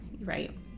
right